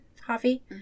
coffee